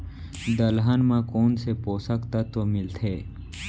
दलहन म कोन से पोसक तत्व मिलथे?